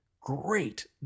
Great